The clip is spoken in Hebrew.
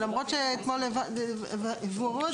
למרות שאתמול הובהרו הדברים.